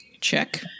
Check